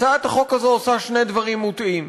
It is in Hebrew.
הצעת החוק הזו עושה שני דברים מוטעים.